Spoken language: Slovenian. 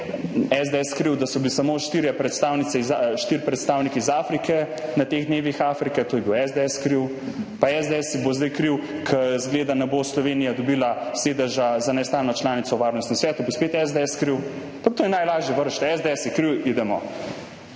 SDS kriv, da so bili samo štirje predstavniki iz Afrike na teh dnevih Afrike, za to je bil SDS kriv. Pa SDS bo zdaj kriv, ker, izgleda, ne bo Slovenija dobila sedeža za nestalno članico v Varnostnem svetu, bo spet SDS kriv. Pa to je najlažje, vreči »SDS je kriv«, idemo!